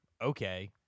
Okay